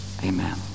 Amen